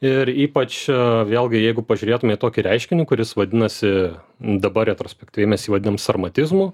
ir ypač vėlgi jeigu pažiūrėtume į tokį reiškinį kuris vadinasi dabar retrospektyviai mes jį vadinam sarmatizmu